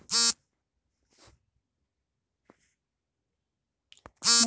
ನನ್ನ ಜೀವ ವಿಮೆಯನ್ನು ಹಾಗೂ ವಾಹನ ವಿಮೆಯನ್ನು ಆನ್ಲೈನ್ ಮುಖಾಂತರ ಪಾವತಿಸಬಹುದೇ?